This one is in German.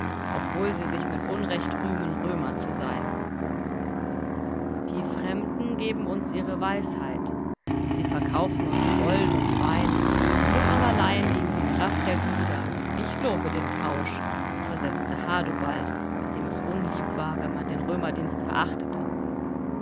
obwohl sie sich mit unrecht rühmen römer zu sein die fremden geben uns ihre weisheit sie verkaufen uns gold und wein wir aber leihen ihnen die kraft der glieder ich lobe den tausch versetzte hadubald dem es unlieb war wenn man den römerdienst verachtete